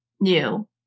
new